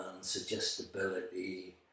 suggestibility